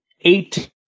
eight